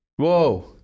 Whoa